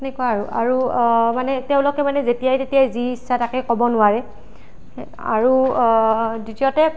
সেনেকুৱা আৰু তেওঁলোকে মানে যেতিয়া তেতিয়াই যি ইচ্ছা তাকে ক'ব নোৱাৰে আৰু দ্বিতীয়তে